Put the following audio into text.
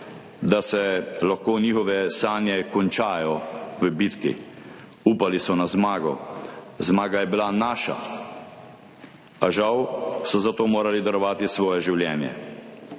da se lahko njihove sanje končajo v bitki. Upali so na zmago. Zmaga je bila naša, a žal so za to morali darovati svoje življenje.